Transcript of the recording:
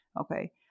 Okay